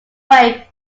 wave